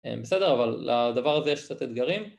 בסדר אבל לדבר הזה יש קצת אתגרים